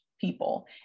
people